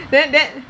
then then